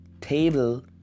table